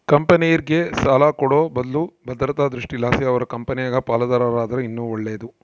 ಕಂಪೆನೇರ್ಗೆ ಸಾಲ ಕೊಡೋ ಬದ್ಲು ಭದ್ರತಾ ದೃಷ್ಟಿಲಾಸಿ ಅವರ ಕಂಪೆನಾಗ ಪಾಲುದಾರರಾದರ ಇನ್ನ ಒಳ್ಳೇದು